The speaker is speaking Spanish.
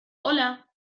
hola